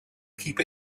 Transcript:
keep